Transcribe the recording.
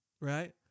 Right